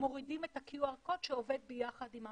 מורידים את QR קוד שעובד ביחד עם האפליקציה.